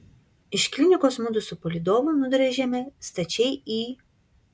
iš klinikos mudu su palydovu nudrožėme stačiai į